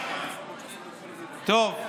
טוב.